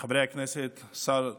חברי הכנסת, שר התפוצות,